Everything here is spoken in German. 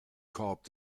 korb